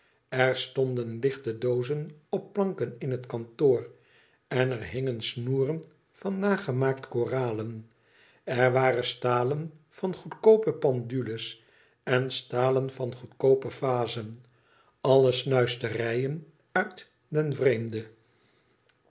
er stonden lichte doozen op planken in het kantoor en er hingen snoeren van nagemaakte koralen er waren stalen van goedkoope pendules en stalen van goedkoope vazen alle snuisterijen uit den vreemde